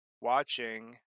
watching